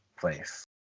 place